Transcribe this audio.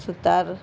सुतार